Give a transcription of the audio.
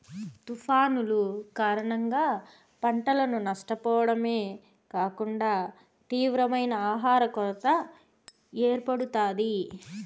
తుఫానులు కారణంగా పంటను నష్టపోవడమే కాకుండా తీవ్రమైన ఆహర కొరత ఏర్పడుతాది